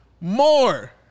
more